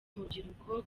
urubyiruko